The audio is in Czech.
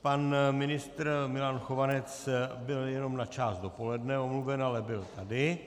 Pan ministr Milan Chovanec byl jenom na část dopoledne omluven, ale byl tady.